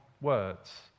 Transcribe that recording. words